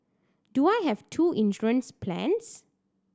do I have two insurance plans